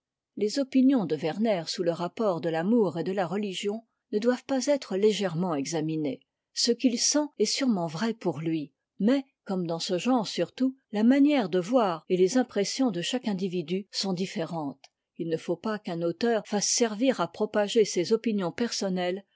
les opinions de werner sous le rapport de l'amour et de la re igion ne doivent pas être légèrement examinées ce qu'il sent est stirement vrai pour lui mais comme dans ce genre surtout la manière de voir et les impressions de chaque individu sont différentes il ne faut pas qu'un auteur fasse servir à propager ses opinions personnelles